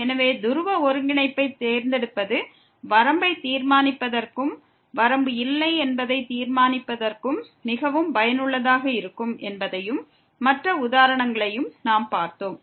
எனவே துருவ ஒருங்கிணைப்பைத் தேர்ந்தெடுப்பது வரம்பைத் தீர்மானிப்பதற்கும் வரம்பு இல்லை என்பதைத் தீர்மானிப்பதற்கும் மிகவும் பயனுள்ளதாக இருக்கும் என்பதையும் மற்ற உதாரணங்களையும் நாம் பார்த்தோம்